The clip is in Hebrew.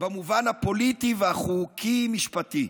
במובן הפוליטי והחוקי-משפטי.